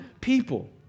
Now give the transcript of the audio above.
people